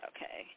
Okay